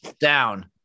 Down